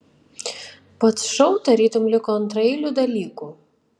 pats šou tarytum liko antraeiliu dalyku